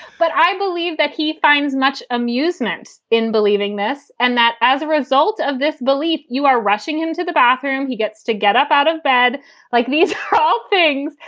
but i believe that he finds much amusement in believing this and that as a result of this belief, you are rushing into the bathroom. he gets to get up out of bed like these hot things.